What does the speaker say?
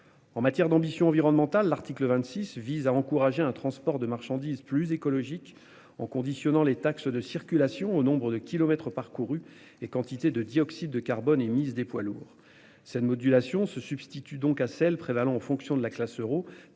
En matière d'ambition environnementale. L'article 26 vise à encourager un transport de marchandises plus écologique en conditionnant les taxes de circulation au nombre de kilomètres parcourus et quantité de dioxyde de carbone émise des poids lourds cette modulation se substitue donc à celle prévalant en fonction de la classe euro